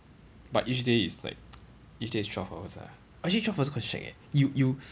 but each day is like each day is twelve hours ah actually twelve hours also quite shag eh you you